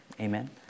Amen